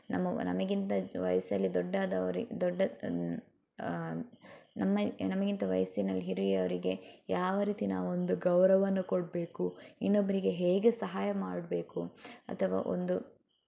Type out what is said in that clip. ನಮ್ಮ ನಮಗಿಂತ ವಯಸ್ಸಲ್ಲಿ ದೊಡ್ಡಾದವರು ದೊಡ್ಡ ನಮ್ಮ ನಮಗಿಂತ ವಯಸ್ಸಿನಲ್ಲಿ ಹಿರಿಯವರಿಗೆ ಯಾವ ರೀತಿ ನಾವೊಂದು ಗೌರವವನ್ನು ಕೊಡಬೇಕು ಇನ್ನೊಬ್ಬರಿಗೆ ಹೇಗೆ ಸಹಾಯ ಮಾಡಬೇಕು ಅಥವಾ ಒಂದು